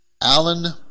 Alan